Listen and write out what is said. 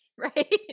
right